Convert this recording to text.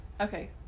Okay